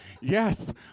Yes